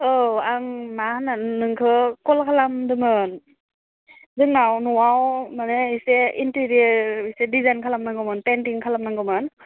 औ आं मा होननानै नोंखौ कल खालामदोमोन जोंनाव न'आव मनाे इसे इन्टेरिय'र इसे डिजाइन खालामनांगौमोन पेइन्टिं खालामनांगौमोन